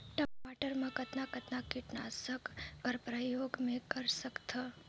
टमाटर म कतना कतना कीटनाशक कर प्रयोग मै कर सकथव?